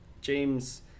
James